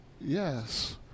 Yes